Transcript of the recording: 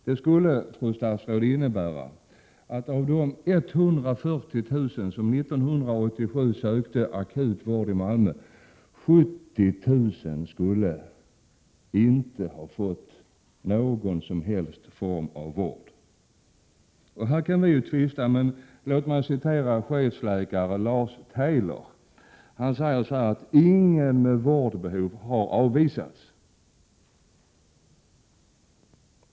Det skulle, fru statsråd, innebära att av de 140 000 personer som 1987 sökte akut vård i Malmö skulle 70 000 inte ha fått någon som helst form av vård. Här kan vi ju tvista, men låt mig citera chefsläkare Lars Tejler. Han säger att ”ingen med vårdbehov har avvisats”.